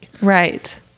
Right